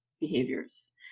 behaviors